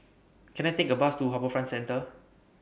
Can I Take A Bus to HarbourFront Centre